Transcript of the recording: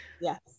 Yes